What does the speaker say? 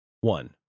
one